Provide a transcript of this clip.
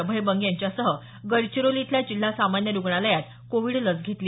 अभय बंग यांच्यासह गडचिरोली इथल्या जिल्हा सामान्य रुग्णालयात कोविड लस घेतली